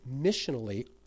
missionally